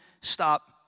stop